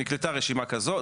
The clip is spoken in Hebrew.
נקלטה רשימה כזאת,